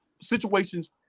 situations